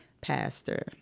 pastor